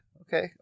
Okay